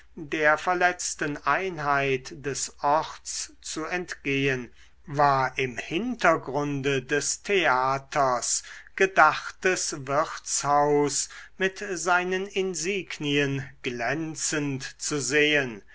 der verletzten einheit des orts zu entgehen war im hintergrunde des theaters gedachtes wirtshaus mit seinen insignien glänzend zu sehen